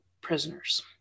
prisoners